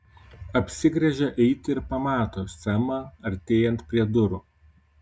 apsigręžia eiti ir pamato semą artėjant prie durų